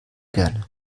gerne